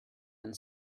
and